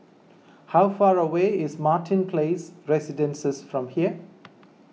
how far away is Martin Place Residences from here